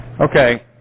Okay